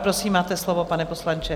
Prosím, máte slovo, pane poslanče.